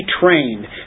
trained